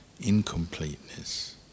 incompleteness